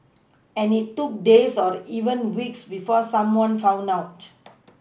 and it took days or even weeks before someone found out